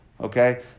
Okay